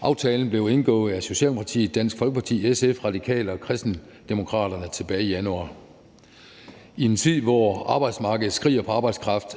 Aftalen blev indgået af Socialdemokratiet, Dansk Folkeparti, SF, Radikale og Kristendemokraterne tilbage i januar. I en tid, hvor arbejdsmarkedet skriger på arbejdskraft,